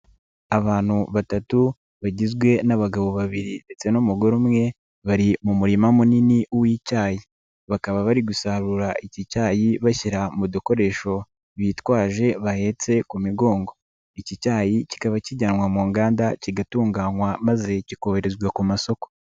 Abantu batatu bagizwe n'abagabo babiri ndetse n'umugore umwe bari mu murima munini w'icyayi, bakaba bari gusarura iki cyayi bashyira mu dukoresho bitwaje bahetse ku migongo. Iki cyayi kikaba kijyanwa mu nganda kigatunganywa maze kikoherezwa ku masoko.